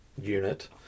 unit